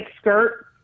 skirt